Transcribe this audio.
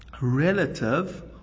relative